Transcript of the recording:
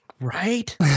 right